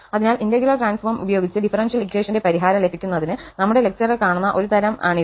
അതിനാൽ integral transform ഉപയോഗിച്ച് differential ഇക്വഷന്റെ പരിഹാരം ലഭിക്കുന്നതിന് നമ്മുടെ ലെക്ചറിൽ കാണുന്ന ഒരു തരം ടെക്നിക് ആണിത്